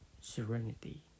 serenity